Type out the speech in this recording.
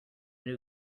new